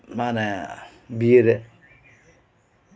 ᱢᱟᱱᱮ ᱵᱤᱹᱮᱹ ᱨᱮ